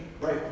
right